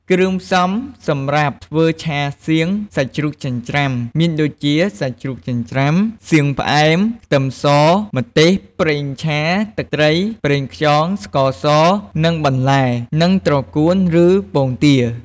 គ្រឿងផ្សំ សម្រាប់ធ្វើឆាសៀងសាច់ជ្រូកចិញ្ច្រាំមានដូចជា សាច់ជ្រូកចិញ្ច្រាំ សៀងផ្អែម ខ្ទឹមស ម្ទេស ប្រេងឆា ទឹកត្រី ប្រេងខ្យង ស្ករស និង បន្លែ និងត្រកួនឬពងទា។